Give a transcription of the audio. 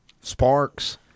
sparks